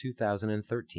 2013